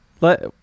let